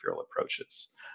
approaches